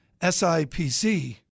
SIPC